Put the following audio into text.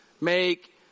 make